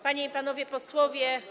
Panie i Panowie Posłowie!